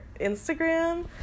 Instagram